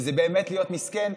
וזה באמת להיות מסכן,